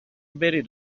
برید